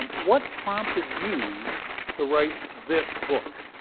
um what prompted you to write this book?